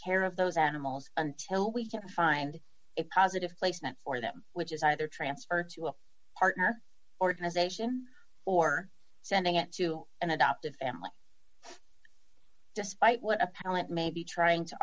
care of those animals until we can find a positive placement for them which is either transferred to a partner organization or sending it to an adoptive family despite what appellant may be trying to